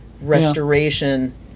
restoration